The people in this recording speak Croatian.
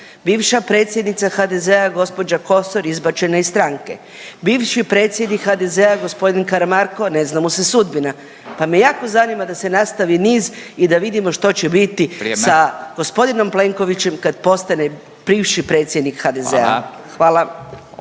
bivši predsjednik HDZ-a gospodin Karamarko ne zna mu se sudbina pa me jako naziva da se nastavi niz i da vidimo što će biti …/Upadica Radin: Vrijeme./… sa gospodinom Plenkovićem kad postane bivši predsjednik HDZ-a. Hvala.